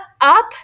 up